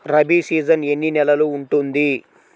Rabi season ఎన్ని నెలలు ఉంటుంది?